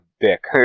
dick